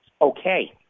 Okay